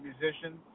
musicians